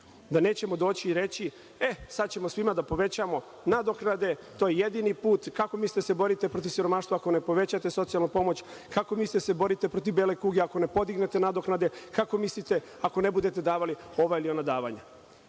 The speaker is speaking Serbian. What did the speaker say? da nećemo doći i reći – e, sada ćemo svima da povećamo nadoknade, to je jedini put, kako mislite da se borite protiv siromaštva ako ne povećate socijalnu pomoć, kako mislite da se borite protiv bele kuge ako ne podignete nadoknade, kako mislite ako ne budete davali ova ili ona davanja? Naš